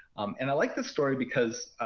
and i like this story because